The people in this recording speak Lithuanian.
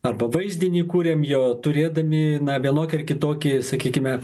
arba vaizdinį kuriam jo turėdami na vienokį ar kitokį sakykime